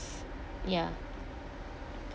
ya